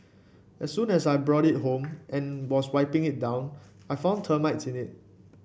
as soon as I brought it home and was wiping it down I found termites in it